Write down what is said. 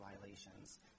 violations